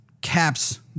caps